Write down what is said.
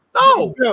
No